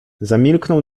zamilknął